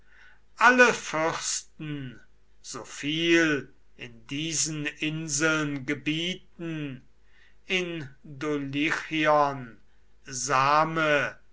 alle fürsten so viel in diesen inseln gebieten in dulichion same